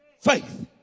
Faith